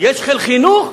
יש חיל חינוך,